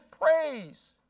praise